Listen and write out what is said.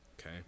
Okay